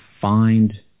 find